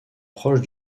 proche